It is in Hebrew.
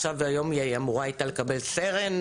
היום היא אמורה לקבל סרן,